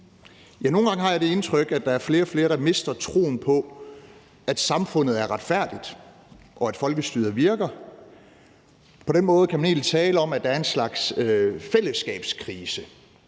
Nogle gange har jeg det indtryk, der er flere og flere, der mister troen på, at samfundet er retfærdigt, og at folkestyret virker, og på den måde kan man egentlig tale om, at der er en slags fællesskabskrise.